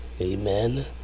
Amen